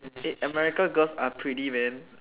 eh America girls are pretty man